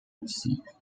receive